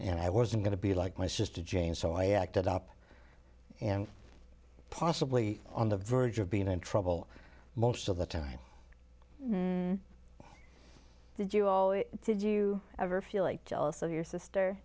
and i wasn't going to be like my sister jane so i acted up and possibly on the verge of being in trouble most of the time did you did you ever feel like jealous of your sister